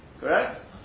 Correct